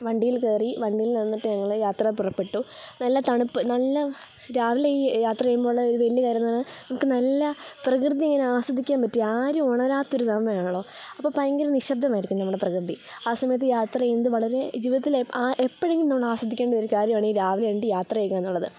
വണ്ടിയിൽ കയറി വണ്ടിയിൽ നിന്നിട്ട് ഞങ്ങൾ യാത്ര പുറപ്പെട്ടു നല്ല തണുപ്പ് നല്ല രാവിലെ ഈ യാത്ര ചെയ്യുമ്പോഴുള്ള ഒരു വലിയ കാര്യം എന്ന് പറഞ്ഞാൽ നമുക്ക് നല്ല പ്രകൃതി ഇങ്ങനെ ആസ്വദിക്കാൻ പറ്റി ആരും ഉണരാത്ത ഒരു സമയമാണല്ലോ അപ്പോൾ ഭയങ്കര നിശബ്ദം ആയിരിക്കും നമ്മുടെ പ്രകൃതി ആ സമയത്ത് യാത്ര ചെയ്യുന്നത് വളരെ ജീവിതത്തിൽ എ ആ എപ്പഴെങ്കിലും ആസ്വദിക്കേണ്ട ഒരു കാര്യമാണ് ഈ രാവിലെ എഴുന്നേറ്റ് യാത്ര ചെയ്യുക എന്നുള്ളത്